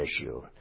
issue